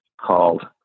called